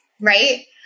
right